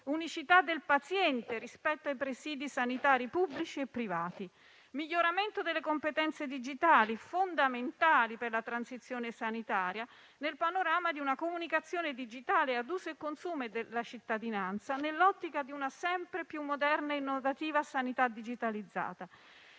unicità del paziente rispetto ai presidi sanitari pubblici e privati; miglioramento delle competenze digitali fondamentali per la transizione sanitaria, nel panorama di una comunicazione digitale ad uso e consumo della cittadinanza, nell'ottica di una sempre più moderna e innovativa sanità digitalizzata;